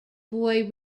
boy